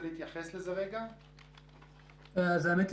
כאמור,